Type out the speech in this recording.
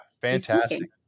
fantastic